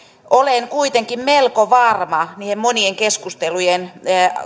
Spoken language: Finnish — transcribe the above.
olen kuitenkin melko varma niiden monien keskustelujen